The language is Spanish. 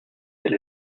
del